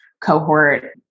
cohort